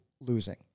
losing